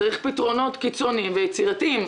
צריך פתרונות קיצוניים ויצירתיים.